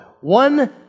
One